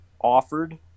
offered